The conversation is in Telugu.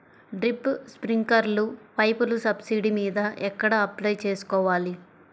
డ్రిప్, స్ప్రింకర్లు పైపులు సబ్సిడీ మీద ఎక్కడ అప్లై చేసుకోవాలి?